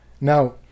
now